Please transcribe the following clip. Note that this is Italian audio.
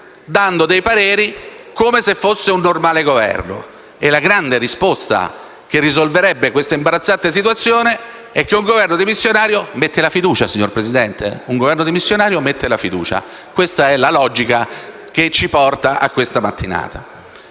dei pareri come se fosse un normale Governo; e la grande risposta che risolverebbe questa imbarazzante situazione è che un Governo dimissionario metta la fiducia: signor Presidente, un Governo dimissionario mette la fiducia! Questa è la logica che ci porta alla mattinata